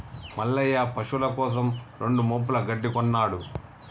మల్లయ్య పశువుల కోసం రెండు మోపుల గడ్డి కొన్నడు